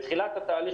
בתחילת התהליך